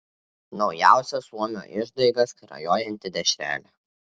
naujausia suomio išdaiga skrajojanti dešrelė